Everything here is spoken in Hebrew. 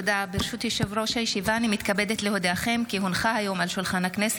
נראה לי שחתמתי היום על יותר חוקים